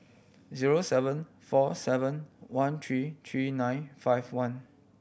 zero seven four seven one three three nine five one